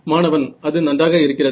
மாணவன் அது நன்றாக இருக்கிறது